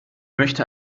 möchte